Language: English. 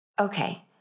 Okay